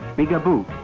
bigger boot.